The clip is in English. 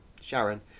Sharon